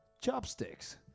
chopsticks